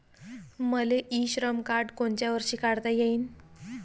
मले इ श्रम कार्ड कोनच्या वर्षी काढता येईन?